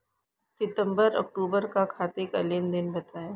सितंबर अक्तूबर का खाते का लेनदेन बताएं